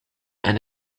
and